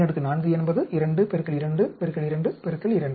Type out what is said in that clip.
24 என்பது 2 2 2 2